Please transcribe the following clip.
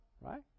right